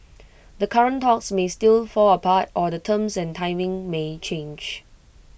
the current talks may still fall apart or the terms and timing may change